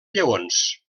lleons